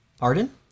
Arden